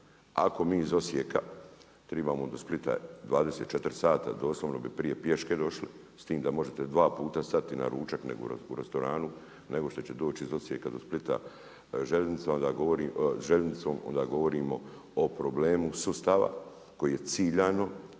Ako mi iz Osijeka trebamo do Splita 24 sata, doslovno bi prije pješke došli s tim da možete dva puta stati na ručak negdje u restoranu nego što ćete doći iz Osijeka do Splita željeznicom, onda govorimo o problemu sustava koji je ciljano